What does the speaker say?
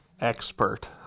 expert